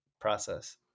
process